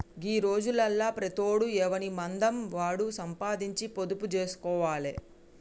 గీ రోజులల్ల ప్రతోడు ఎవనిమందం వాడు సంపాదించి పొదుపు జేస్కోవాలె